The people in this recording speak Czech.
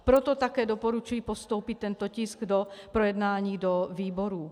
Proto také doporučuji postoupit tento tisk k projednání do výborů.